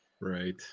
Right